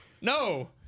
No